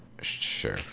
Sure